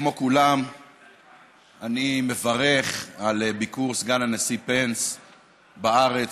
כמו כולם אני מברך על ביקור סגן הנשיא פנס בארץ,